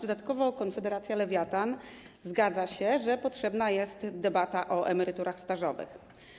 Dodatkowo Konfederacja Lewiatan zgadza się, że potrzebna jest debata o emeryturach stażowych.